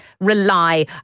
rely